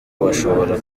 bashobora